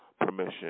permission